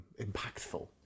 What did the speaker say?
impactful